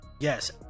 Yes